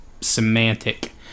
semantic